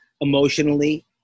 emotionally